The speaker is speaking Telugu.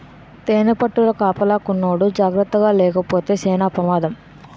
తేనిపట్టుల కాపలాకున్నోడు జాకర్తగాలేపోతే సేన పెమాదం